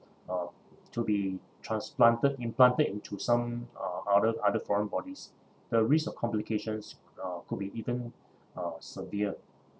uh to be transplanted implanted into some uh other other foreign bodies the risk of complications uh could be even uh severe